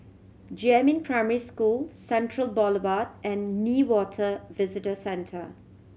Jiemin Primary School Central Boulevard and Newater Visitor Centre